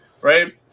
right